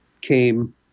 came